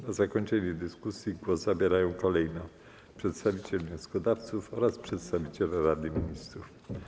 Na zakończenie dyskusji głos zabierają kolejno przedstawiciel wnioskodawców oraz przedstawiciel Rady Ministrów.